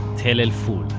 tell el-ful